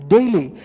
Daily